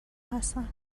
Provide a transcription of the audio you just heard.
هستند